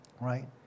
right